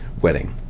wedding